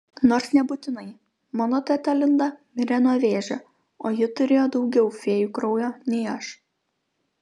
nors nebūtinai mano teta linda mirė nuo vėžio o ji turėjo daugiau fėjų kraujo nei aš